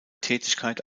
tätigkeit